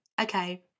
Okay